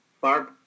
Barb